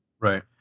Right